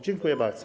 Dziękuję bardzo.